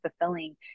fulfilling